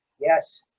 Yes